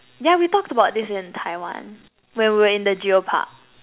yeah we talked about this in Taiwan when we were in the Geo-Park